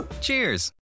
Cheers